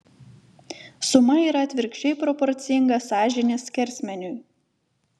suma yra atvirkščiai proporcinga sąžinės skersmeniui